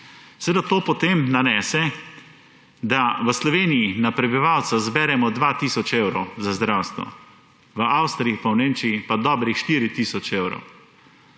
Seveda to potem nanese, da v Sloveniji na prebivalca zberemo 2 tisoč evrov za zdravstvo, v Avstriji pa v Nemčiji pa dobrih 4 tisoč evrov.